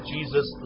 Jesus